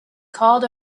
called